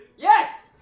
Yes